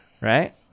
right